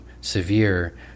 severe